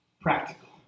practical